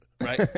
right